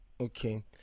Okay